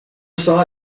saw